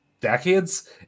decades